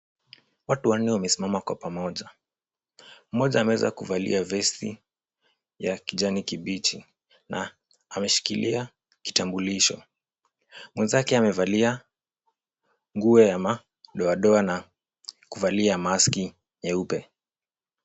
Watu wanne wamesimama kwa pamoja. Mmoja ameweza kuvalia vesti ya kijani kibichi na ameshikilia kitambulisho. Mwenzake amevalia nguo ya madoadoa na kuvalia maski nyeupe.